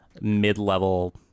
mid-level